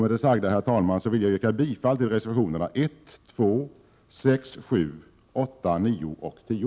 Med det sagda, herr talman, vill jag yrka bifall till reservationerna 1, 2, 6, 7, 8, 9 och 10.